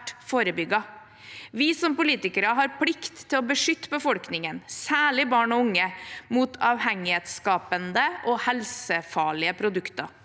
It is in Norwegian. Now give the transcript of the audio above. Vi som politikere har plikt til å beskytte befolkningen, særlig barn og unge, mot avhengighetsskapende og helsefarlige produkter.